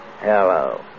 Hello